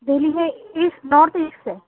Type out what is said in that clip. دہلی میں east north east سے